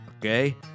Okay